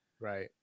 Right